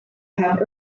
have